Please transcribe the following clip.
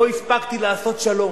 לא הספקתי לעשות שלום.